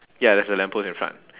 ya there's a lamp post in front